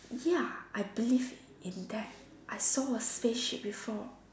ya I believe in that I saw a spaceship before